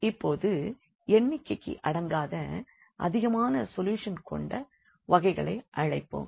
இப்போது எண்ணிக்கைக்கு அடங்காத அதிகமான சொல்யூஷன் கொண்ட வகைகளை அழைப்போம்